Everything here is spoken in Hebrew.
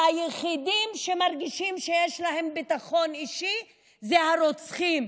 היחידים שמרגישים שיש להם ביטחון אישי זה הרוצחים,